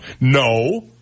No